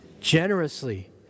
Generously